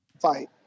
fight